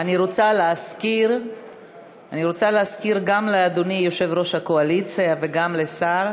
אני רוצה להזכיר גם לאדוני יושב-ראש הקואליציה וגם לשר